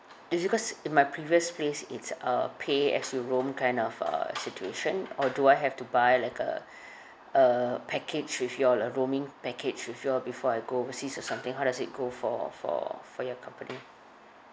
is it cause in my previous place it's a pay as you roam kind of a situation or do I have to buy like a a package with you all a roaming package with you all before I go overseas or something how does it go for for for your company